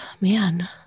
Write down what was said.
man